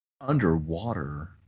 Underwater